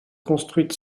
construite